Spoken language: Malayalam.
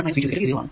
അത് V1 V2 V0 ആണ്